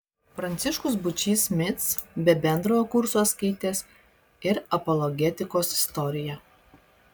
pranciškus būčys mic be bendrojo kurso skaitęs ir apologetikos istoriją